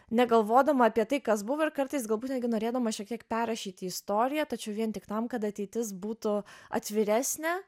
negalvodama apie tai kas buvo ir kartais galbūt netgi norėdama šiek tiek perrašyti istoriją tačiau vien tik tam kad ateitis būtų atviresnė